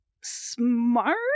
smart